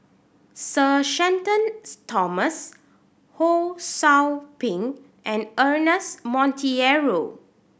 Sir Shenton Thomas Ho Sou Ping and Ernest Monteiro